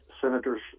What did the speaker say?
senators